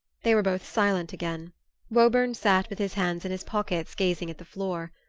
they were both silent again woburn sat with his hands in his pockets gazing at the floor.